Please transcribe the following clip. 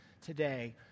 today